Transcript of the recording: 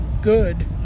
good